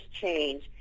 change